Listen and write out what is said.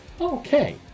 Okay